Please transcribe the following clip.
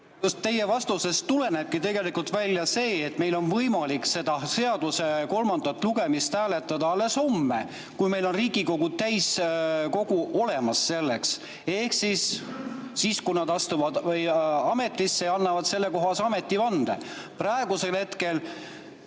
teie vastusest tulenebki tegelikult välja see, et meil on võimalik seda seaduse kolmandat lugemist hääletada alles homme, kui meil on Riigikogu täiskogu olemas selleks. Ehk siis, kui nad astuvad ametisse ja annavad sellekohase vande. Praegusel hetkel